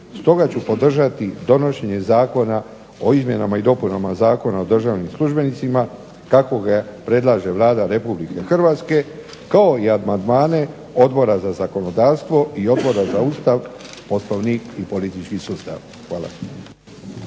stoga ću podržati donošenje zakona o izmjenama i dopunama Zakona o državnim službenicima kako ga predlaže Vlada Republike Hrvatske kao i amandmane Odbora za zakonodavstvo i Odbora za Ustav, Poslovnik i politički sustav. Hvala.